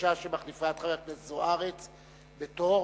שמחליפה את חברת הכנסת זוארץ בתור,